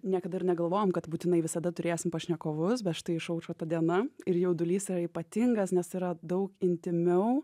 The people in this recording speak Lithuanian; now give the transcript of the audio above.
niekada ir negalvojom kad būtinai visada turėsim pašnekovus bet štai išaušo ta diena ir jaudulys yra ypatingas nes yra daug intymiau